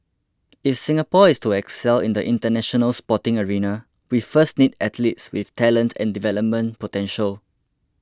if Singapore is to excel in the International Sporting arena we first need athletes with talent and development potential